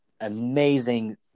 amazing